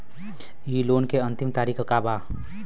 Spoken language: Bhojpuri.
इ लोन के अन्तिम तारीख का बा?